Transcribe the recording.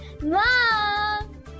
Mom